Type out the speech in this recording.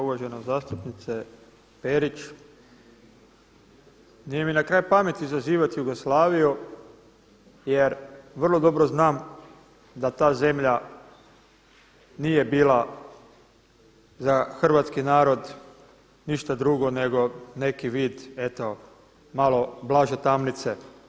Uvažena zastupnice Perić, nije mi na kraj pameti zazivati Jugoslaviju jer vrlo dobro znam da ta zemlja nije bila za hrvatski narod ništa drugo nego neki vid eto malo blaže tamnice.